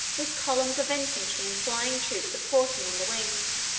with columns of infantry and flying troops of horsemen on the wings.